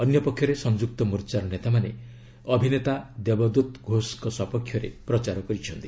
ଅନ୍ୟ ପକ୍ଷରେ ସଂଯୁକ୍ତ ମୋର୍ଚ୍ଚାର ନେତାମାନେ ଅଭିନେତା ଦେବଦୁତ ଘୋଷଙ୍କ ସପକ୍ଷରେ ପ୍ରଚାର କରିଛନ୍ତି